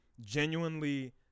genuinely